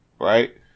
Right